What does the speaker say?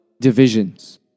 divisions